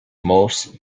most